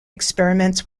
experiments